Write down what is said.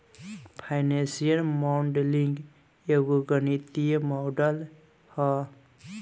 financial modelling एगो गणितीय model ह